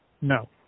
No